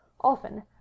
Often